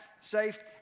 safe